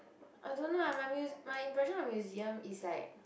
I don't know ah my muse my impression of museum is like